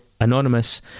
anonymous